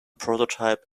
prototype